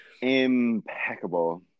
impeccable